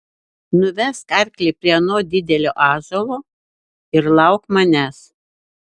nuvesk arklį prie ano didelio ąžuolo ir lauk manęs